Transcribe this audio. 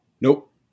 Nope